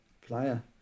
player